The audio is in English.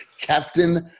Captain